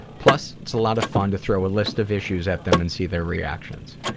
plus, it's a lot of fun to throw a list of issues at them and see their reactions.